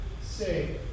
say